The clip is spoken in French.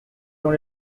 dans